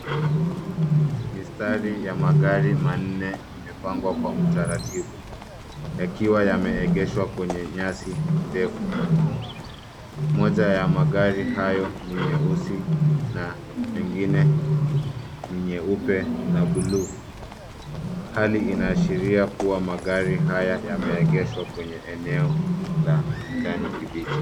Mistari ya magari manne imepangwa kwa utaratibu yakiwa yameegeshwa kwenye nyasi ndefu. Moja ya magari hayo ni nyeusi na mengine ni nyeupe na buluu. Hali inaashiria kuwa magari haya yameegeshwa kwenye eneo la kijani kibichi.